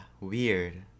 weird